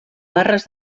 barres